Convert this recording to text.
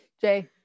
Jay